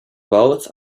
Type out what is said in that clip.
both